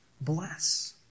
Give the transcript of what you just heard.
bless